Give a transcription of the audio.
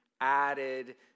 added